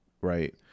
right